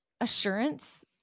assurance